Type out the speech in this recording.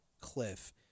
cliff